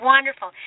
Wonderful